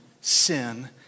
sin